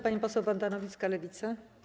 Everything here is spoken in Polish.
Pani poseł Wanda Nowicka, Lewica.